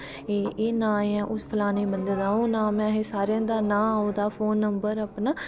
एह् नाम ऐ और फलानें बंदे दा ओह् नाम ऐ असैं सारें दा नाम ओह्दा फोन नंबर ओह्दा अपनां